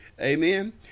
Amen